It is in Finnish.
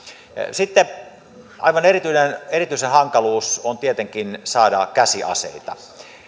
sitten aivan erityinen erityinen hankaluus on tietenkin saada käsiaseita